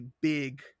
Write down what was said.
big